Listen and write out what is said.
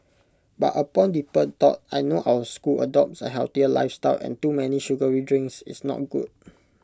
but upon deeper thought I know our school adopts A healthier lifestyle and too many sugary drinks is not good